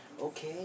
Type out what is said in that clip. Okay